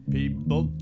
People